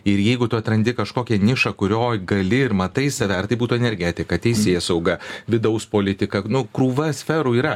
ir jeigu tu atrandi kažkokią nišą kurioj gali ir matai save ar tai būtų energetika teisėsauga vidaus politika nu krūva sferų yra